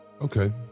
Okay